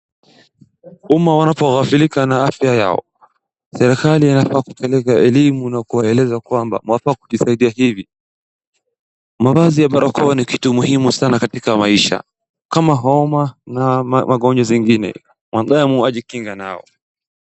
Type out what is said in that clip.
Humo wanapoafirika na afya yao serikli inafaa kupeleka elimu na kuwaeleza kwamba mwafaa kujisaidia hivi. Mavazi ya barakoa ni kitu muhimu sana katika maisha, kama homa na vitu zingine, mwanadamu ajikinga nao.